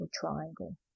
triangle